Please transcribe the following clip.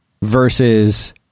versus